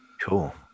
cool